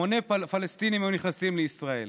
המוני פלסטינים היו נכנסים לישראל.